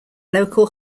local